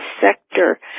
sector